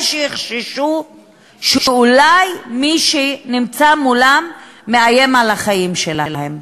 שיחששו שאולי מי שנמצא מולם מאיים על החיים שלהם.